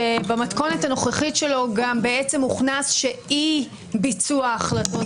שבמתכונת הנוכחית של הנוסח הוכנס שגם אי-ביצוע החלטות